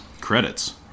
credits